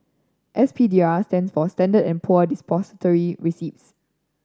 S P D R stands for Standard and Poor Depository Receipts